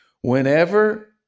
whenever